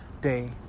day